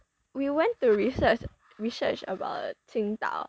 we went to research research about 青岛